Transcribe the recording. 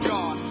God